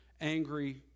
angry